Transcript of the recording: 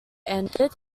ended